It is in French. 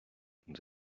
nous